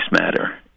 matter